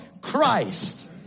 Christ